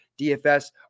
DFS